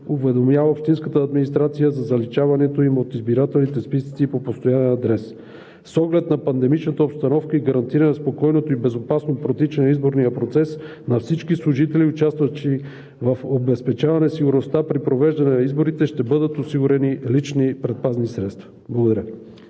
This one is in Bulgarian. уведомява общинската администрация за заличаването им от избирателните списъци по постоянен адрес. С оглед на пандемичната обстановка и гарантиране на спокойното и безопасно протичане на изборния процес на всички служители, участващи в обезпечаване сигурността при провеждане на изборите, ще бъдат осигурени лични предпазни средства. Благодаря